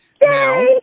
Now